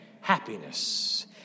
Happiness